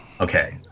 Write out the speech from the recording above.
Okay